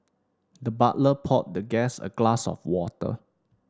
the butler poured the guest a glass of water